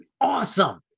awesome